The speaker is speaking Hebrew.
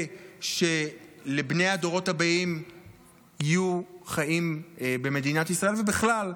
שלבני הדורות הבאים יהיו חיים במדינת ישראל ובכלל.